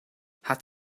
hat